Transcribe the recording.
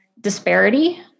disparity